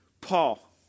Paul